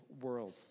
world